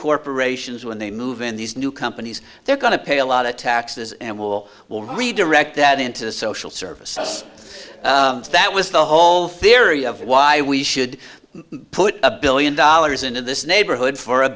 corporations when they move in these new companies they're going to pay a lot of taxes and will will redirect that into social services that was the whole theory of why we should put a billion dollars into this neighborhood for a